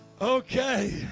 Okay